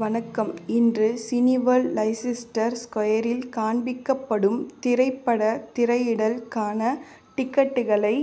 வணக்கம் இன்று Cineworld Leicester ஸ்குயரில் காண்பிக்கப்படும் திரைப்படத் திரையிடல்க்கான டிக்கெட்டுகளை